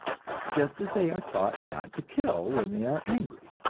just as they are taught not to kill when they are angry!